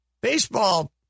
baseball